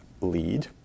lead